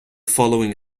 following